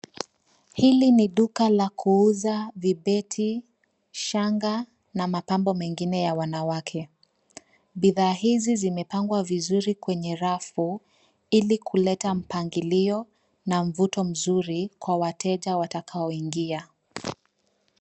Hili ni duka la kuuza vibeti, shanga na mapambo mengine ya wanawake. Bidhaa hizi zimepangwa vizuri kwenye rafu ili kuleta mpangilio na mvuto mzuri kwa wateja watakaoingia.